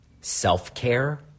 self-care